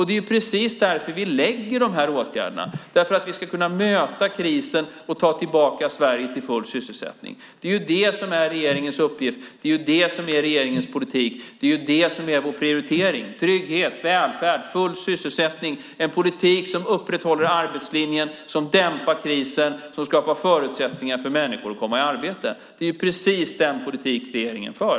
Det är därför vi vidtar dessa åtgärder, för att kunna möta krisen och föra tillbaka Sverige till full sysselsättning. Det är regeringens uppgift. Det är regeringens politik. Vår prioritering är trygghet, välfärd och full sysselsättning - en politik som upprätthåller arbetslinjen, dämpar krisen och skapar förutsättningar för människor att komma i arbete. Och det är just den politiken regeringen för.